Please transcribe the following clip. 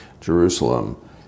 Jerusalem